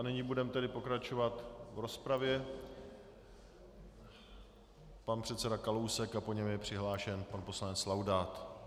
Nyní budeme pokračovat v rozpravě pan předseda Kalousek a po něm je přihlášen pan poslanec Laudát.